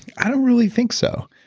i don't really think so.